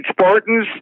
Spartans